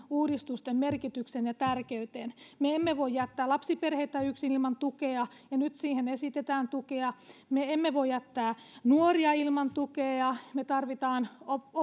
uudistusten merkitykseen ja tärkeyteen me emme voi jättää lapsiperheitä yksin ilman tukea ja nyt siihen esitetään tukea me emme voi jättää nuoria ilman tukea me tarvitsemme